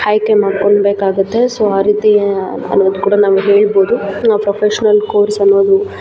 ಆಯ್ಕೆ ಮಾಡ್ಕೊಳ್ಬೇಕಾಗುತ್ತೆ ಸೋ ಆ ರೀತಿ ಅನ್ನೋದು ಕೂಡ ನಾವು ಹೇಳ್ಬೋದು ಪ್ರೊಫೆಶ್ನಲ್ ಕೋರ್ಸ್ ಅನ್ನೋದು